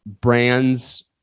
brands